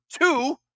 two